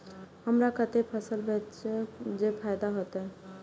हमरा कते फसल बेचब जे फायदा होयत?